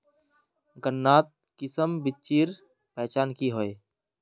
गन्नात किसम बिच्चिर पहचान की होय?